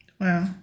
Wow